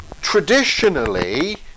traditionally